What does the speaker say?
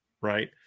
right